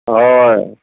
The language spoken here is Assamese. হয়